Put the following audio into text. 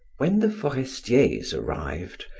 when the forestiers arrived,